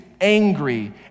angry